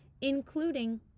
including